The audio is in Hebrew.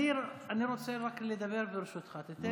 אני רוצה לדבר, ברשותך, תיתן לי?